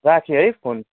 राखेँ है फोन